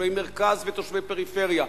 תושבי מרכז ותושבי פריפריה,